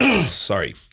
Sorry